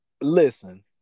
listen